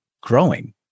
growing